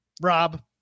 Rob